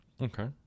Okay